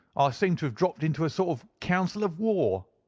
ah seem to have dropped into a sort of council of war.